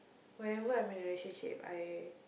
whenever I'm in a relationship I